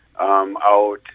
out